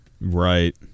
Right